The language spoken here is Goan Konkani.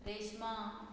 रेश्मा